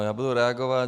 Já budu reagovat.